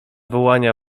wołania